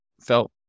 felt